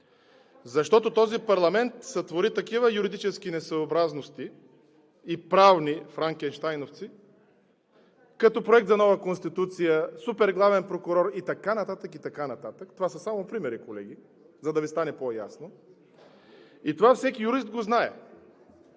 защото този парламент сътвори такива юридически несъобразности – и правни франкенщайновци, като проект за нова Конституция, суперглавен прокурор и така нататък, и така нататък. Това са само примери, колеги, за да Ви стане по-ясно. Това го знае